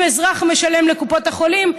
אם אזרח משלם לקופות החולים,